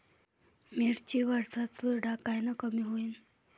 मिरची वरचा चुरडा कायनं कमी होईन?